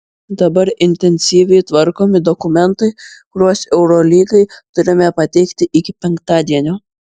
dabar intensyviai tvarkomi dokumentai kuriuos eurolygai turime pateikti iki penktadienio